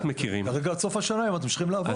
כרגע עד סוף השנה הם ממשיכים לעבוד.